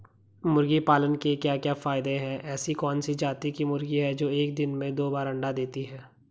मुर्गी पालन के क्या क्या फायदे हैं ऐसी कौन सी जाती की मुर्गी है जो एक दिन में दो बार अंडा देती है?